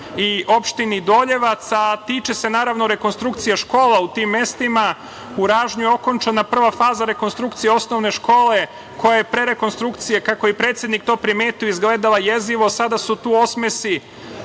i opštini Doljevac, a tiče se rekonstrukcije škola u tim mestima. U Ražnju je okončana prva faza rekonstrukcije osnovne škole koja je pre rekonstrukcije, kako je i predsednik to primetio, izgledala jezivo. Sada su tu osmesi